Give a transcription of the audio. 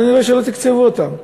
אבל אני רואה שלא תקצבו אותם.